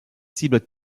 cibles